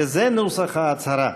וזה נוסח ההצהרה: